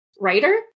writer